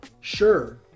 Sure